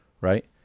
right